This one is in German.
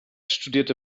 studierte